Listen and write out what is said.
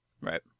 Right